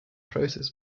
process